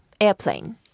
airplane